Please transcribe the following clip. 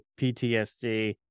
PTSD